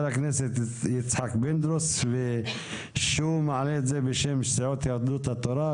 הכנסת יצחק פינדרוס שמעלה אותן בשם סיעות יהדות התורה,